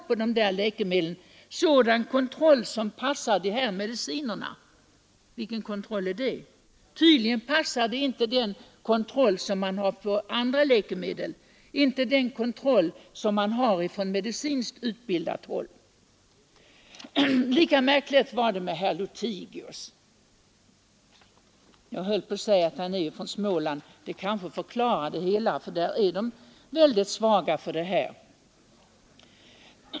Lika märkligt var det med herr Lothigius. Jag skulle nästan vilja säga att den omständigheten att han är från Småland kanske förklarar det hela, för där är de väldigt svaga för sådant här.